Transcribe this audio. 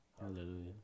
Hallelujah